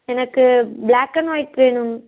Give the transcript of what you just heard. எனக்கு black and white வேணும்